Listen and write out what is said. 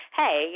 hey